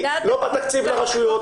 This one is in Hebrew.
לא בתקציב לרשויות,